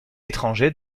étrangers